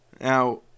Now